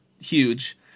huge